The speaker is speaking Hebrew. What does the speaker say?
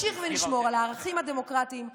לכן אני מסתכלת היטב על כל האנשים שיוצאים למחאות,